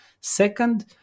Second